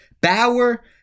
Bauer